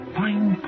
fine